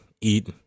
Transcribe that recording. eat